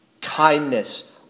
Kindness